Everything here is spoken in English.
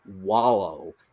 wallow